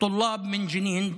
(אומר בערבית: סטודנטים מג'נין,)